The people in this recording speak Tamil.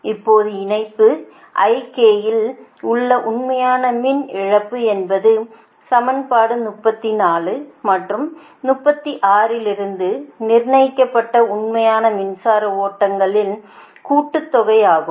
இப்போது இணைப்பு ik இல் உள்ள உண்மையான மின் இழப்பு என்பது சமன்பாடு 34 மற்றும் 36 இலிருந்து நிர்ணயிக்கப்பட்ட உண்மையான மின்சாரம் ஓட்டங்களின் கூட்டுத்தொகையாகும்